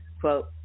Quote